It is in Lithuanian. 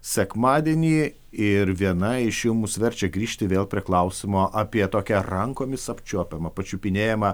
sekmadienį ir viena iš jų mus verčia grįžti vėl prie klausimo apie tokią rankomis apčiuopiamą pačiupinėjamą